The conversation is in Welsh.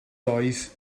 oedd